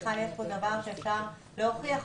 בכלל יש פה דבר שאפשר להוכיח אותו.